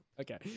Okay